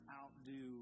outdo